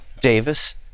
Davis